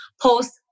post